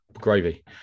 Gravy